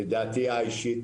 לדעתי האישית,